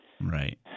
Right